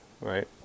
Right